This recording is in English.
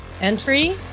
entry